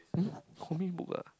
um comic book ah